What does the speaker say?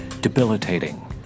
debilitating